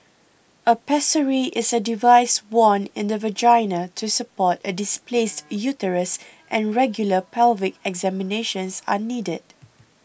a pessary is a device worn in the vagina to support a displaced uterus and regular pelvic examinations are needed